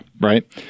right